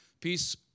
Peace